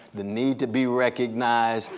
the need to be recognized,